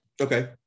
okay